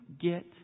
get